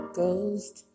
ghost